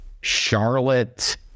Charlotte